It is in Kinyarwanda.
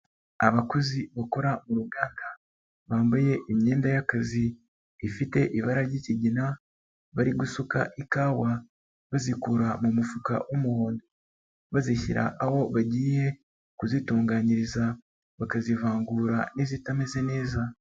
Abakozi bakora muruganda, bambaye imyenda y'akazi ifite ibara ry'ikigina, bari gusuka ikawa bazikura mu mufuka w'umuhondo. Bazishyira aho bagiye kuzitunganyiriza, bakazivangura n'izitameze neza.